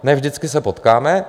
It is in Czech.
Ne vždycky se potkáme.